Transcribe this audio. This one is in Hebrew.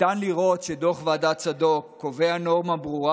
ניתן לראות שדוח ועדת צדוק קובע נורמה ברורה